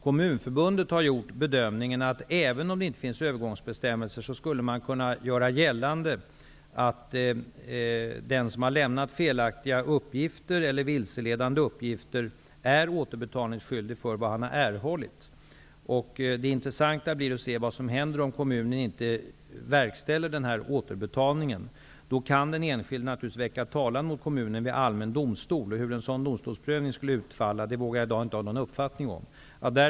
Kommunförbundet har gjort bedömningen att även om det inte finns övergångsbestämmelser, skulle man kunna göra gällande att den som har lämnat felaktiga eller vilseledande uppgifter är återbetalningsskyldig för vad han har erhållit. Det blir intressant att se vad som händer om kommunen inte verkställer återbetalningen. Då kan den enskilde naturligtvis väcka talan mot kommunen vid allmän domstol. Hur en sådan domstolsprövning skulle utfalla vågar jag inte ha någon uppfattning om i dag.